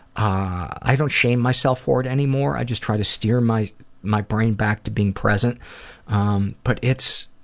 i don't shame myself for it anymore. i just try to steer my my brain back to being present um but it's,